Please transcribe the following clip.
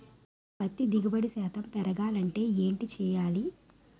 పత్తి దిగుబడి శాతం పెరగాలంటే ఏంటి చేయాలి?